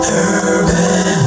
urban